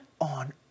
on